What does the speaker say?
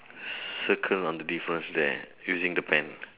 circle on the first there using the pen